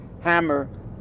hammer